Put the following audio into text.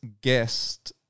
guest